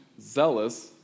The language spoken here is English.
zealous